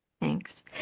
Thanks